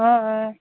অঁ অঁ